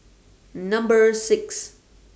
Number six